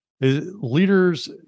leaders